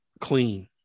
clean